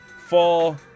fall